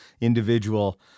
individual